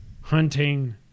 Hunting